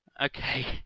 okay